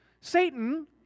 Satan